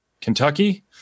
Kentucky